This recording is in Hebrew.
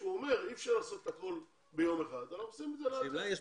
הוא אומר שאי אפשר לעשות הכול ביום אחד אלא עושים את זה לאט לאט.